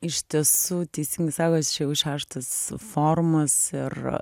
iš tiesų teisingai sakot čia jau šeštas forumas ir